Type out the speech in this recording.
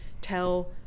tell